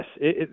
Yes